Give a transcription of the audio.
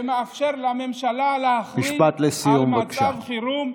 שמאפשר לממשלה להכריז מצב חירום,